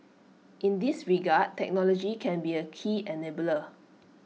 in this regard technology can be A key enabler